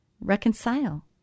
reconcile